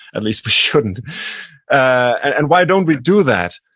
at least we shouldn't and why don't we do that?